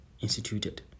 instituted